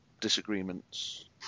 disagreements